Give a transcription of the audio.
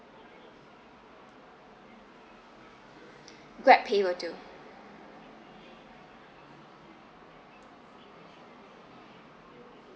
GrabPay will do